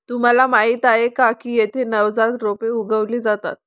तुम्हाला माहीत आहे का की येथे नवजात रोपे उगवली जातात